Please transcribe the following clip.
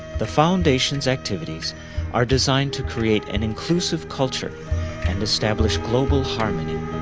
the foundation's activities are designed to create an inclusive culture and establish global harmony.